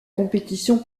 compétition